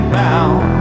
bound